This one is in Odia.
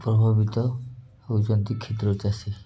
ପ୍ରଭାବିତ ହେଉଛନ୍ତି କ୍ଷୁଦ୍ର ଚାଷୀ